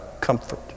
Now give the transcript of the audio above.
comfort